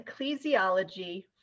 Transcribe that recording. Ecclesiology